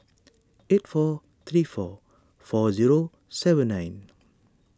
eight four three four four zero seven nine